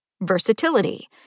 Versatility